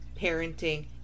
parenting